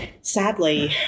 sadly